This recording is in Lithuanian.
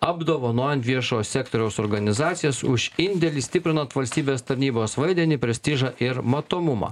apdovanojant viešojo sektoriaus organizacijas už indėlį stiprinant valstybės tarnybos vaidmenį prestižą ir matomumą